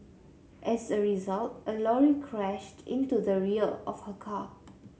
as a result a lorry crashed into the rear of her car